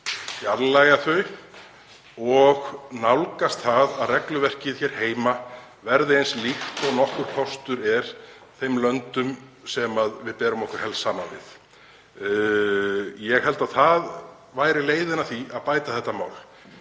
fjarlægja þau og nálgast það að regluverkið hér heima verði eins líkt og nokkur kostur er því sem það er í þeim löndum sem við berum okkur helst saman við. Ég held að það væri leiðin að því að bæta þetta mál.